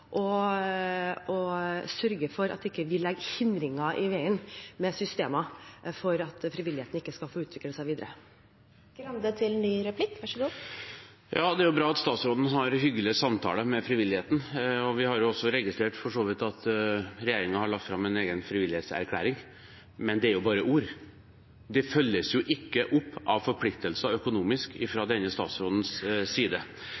å sørge for at vi ikke legger hindringer i veien med systemer som gjør at frivilligheten ikke får utvikle seg videre. Det er bra at statsråden har hyggelige samtaler med frivilligheten. Vi har for så vidt også registrert at regjeringen har lagt fram en egen frivillighetserklæring, men det er jo bare ord. Det følges ikke opp med økonomiske forpliktelser fra denne statsrådens side